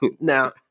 now